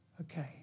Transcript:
Okay